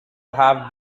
have